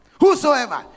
whosoever